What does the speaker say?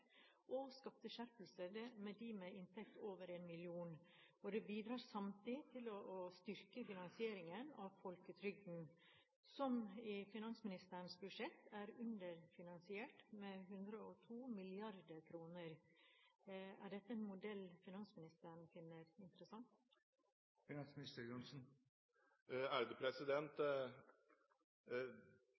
og skatteskjerpelse for dem med inntekt over 1 mill. kr. Det bidrar samtidig til å styrke finansieringen av folketrygden, som i finansministerens budsjett er underfinansiert med 102 mrd. kr. Er dette en modell finansministeren finner interessant?